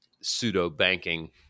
pseudo-banking